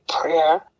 prayer